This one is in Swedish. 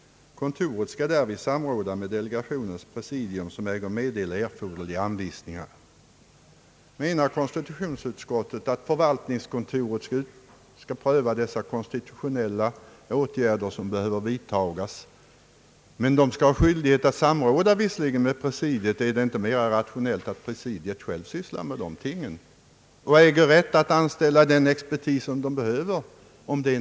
Kontoret skall därvid samråda med delegationens presidium, som äger meddela erforderliga anvisningar.» Menar konstitutionsutskottet att förvaltningskontoret skall pröva de konstitutionella åtgärder som behöver vidtas? Kontoret skall visserligen ha skyldighet att samråda med presidiet. Men är det inte mera rationellt att presidiet självt sysslar med dessa ting och äger rätt att anställa den expertis som behövs.